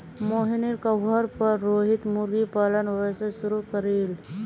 मोहिनीर कहवार पर रोहित मुर्गी पालन व्यवसाय शुरू करील